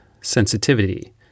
sensitivity